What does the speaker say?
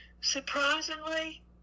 surprisingly